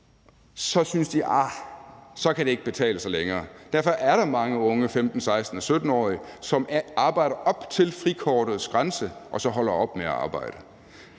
længere, at det kan betale sig. Derfor er der mange unge 15-, 16- og 17-årige, som arbejder op til frikortets grænse og så holder op med at arbejde.